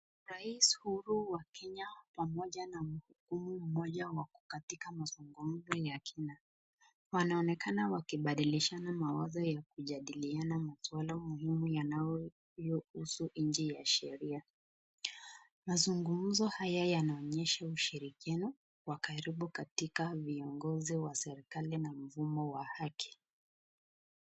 Rais Uhuru wa Kenya pamoja na mhudumu mmoja wako katika mazungumzo ya kina. Wanaonekana wakibadilishana mawazo ya kujadiliana masuala muhimu yanayohusu nchi ya sheria. Mazungumzo haya yanaonyesha ushirikiano wa karibu katika viongozi wa serikali na mfumo wa haki.